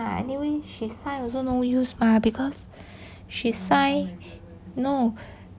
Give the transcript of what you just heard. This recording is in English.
anyway she sign also no use mah because she sign no